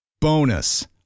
Bonus